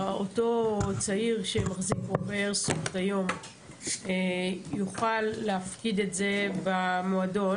אותו צעיר שמחזיק רובה איירסופט היום יוכל להפקיד את זה במועדון,